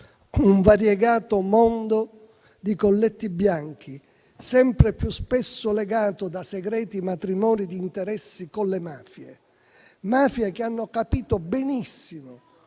un variegato mondo di colletti bianchi, sempre più spesso legato da segreti matrimoni di interessi con le mafie. Mafie che hanno capito benissimo